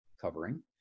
Covering